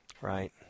Right